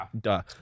Duh